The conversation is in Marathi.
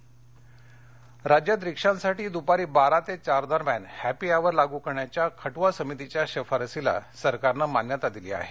रिक्षा हॅपी अवर राज्यात रिक्षांसाठी दुपारी बारा ते चार दरम्यान हॅपी अवर लागू करण्याच्या खटुआ समितीच्या शिफारसीला सरकारनं मान्यता दिला आहे